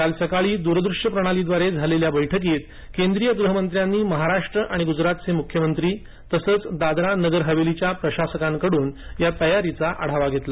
काल सकाळी द्रदूश्य प्रणालीद्वारे झालेल्या बैठकीत केंद्रीय गृहमंत्र्यांनी महाराष्ट्र आणि गुजरातचे मुख्यमंत्री तसंच दादर नगर हवेलीच्या प्रशासकांकडून या तयारीचा आढावा घेतला